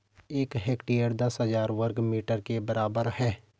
एक हेक्टेयर दस हजार वर्ग मीटर के बराबर है